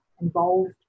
involved